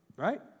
right